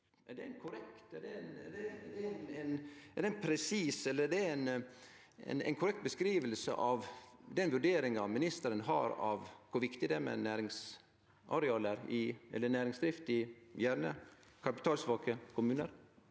eller korrekt beskriving av den vurderinga ministeren har av kor viktig det er med næringsdrift, gjerne i kapitalsvake kommunar?